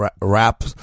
rap